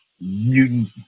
mutant